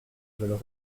veulent